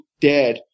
dad